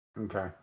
Okay